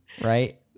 right